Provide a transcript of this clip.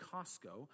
Costco